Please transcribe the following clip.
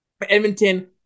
Edmonton